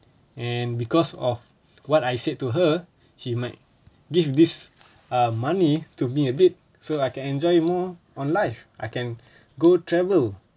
and because of what I said to her she might give this uh money to me a bit so like I enjoy more on life I can go travel